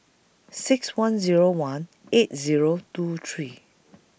six one Zero one eight Zero two three